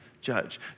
judge